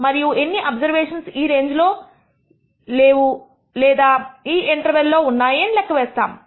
మరియు ఎన్ని అబ్జర్వేషన్స్ ఈ రేంజ్ లో లేదు లేదా ఈ ఇంటర్వెల్ లో ఉంటాయి అని లెక్క వేస్తాము